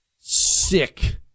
sick